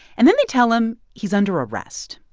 and then they tell him he's under arrest.